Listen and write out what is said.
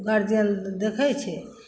guardian देखय छै